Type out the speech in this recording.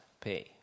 pay